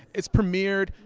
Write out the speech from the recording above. it's premiered.